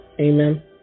Amen